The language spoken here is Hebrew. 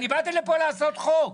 אני באתי לפה לעשות חוק,